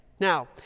Now